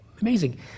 Amazing